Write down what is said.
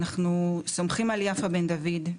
אנחנו סומכים על יפה בן דוד,